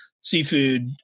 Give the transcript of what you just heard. seafood